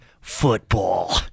football